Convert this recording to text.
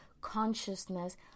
consciousness